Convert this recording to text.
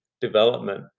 development